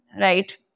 right